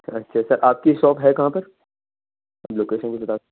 اچھا اچھا سر آپ کی شاپ ہے کہاں پر لوکیشن بھی بتا